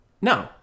No